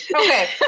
Okay